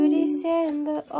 December